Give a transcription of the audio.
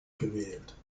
gewählt